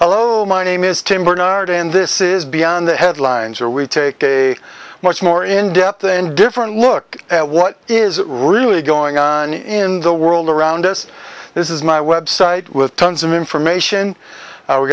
hello my name is tim bernard and this is beyond the headlines or we take a much more in depth and different look at what is really going on in the world around us this is my website with tons of information